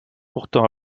pourtant